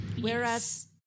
Whereas